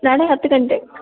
ನಾಳೆ ಹತ್ತು ಗಂಟೆಗೆ